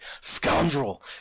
Scoundrel